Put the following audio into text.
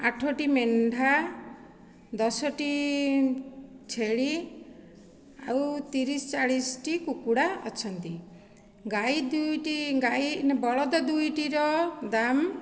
ଆଠଟି ମେଣ୍ଢା ଦଶଟି ଛେଳି ଆଉ ତିରିଶ ଚାଳିଶଟି କୁକୁଡ଼ା ଅଛନ୍ତି ଗାଈ ଦୁଇଟି ଗାଈ ଏ ବଳଦ ଦୁଇଟିର ଦାମ